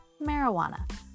marijuana